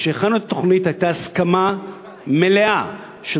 שכשהכנו את התוכנית הייתה הסכמה מלאה של